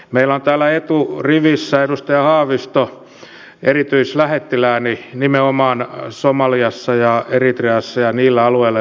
meillä on täällä eturivissä edustaja haavisto erityislähettilääni nimenomaan somaliassa ja eritreassa ja niillä alueilla jotka hän hyvin tuntee